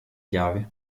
chiavi